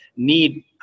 need